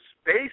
space